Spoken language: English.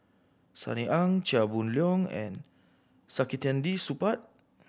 Sunny Ang Chia Boon Leong and Saktiandi Supaat